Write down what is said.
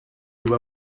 you